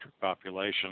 population